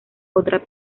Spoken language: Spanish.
otra